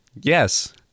Yes